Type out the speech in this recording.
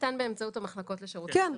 באמצעות המחלקות לשירותים חברתיים,